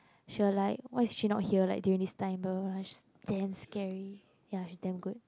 she will like why is she not here like during this time bla bla bla she damn scary ya she damn good